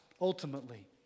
Ultimately